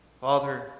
Father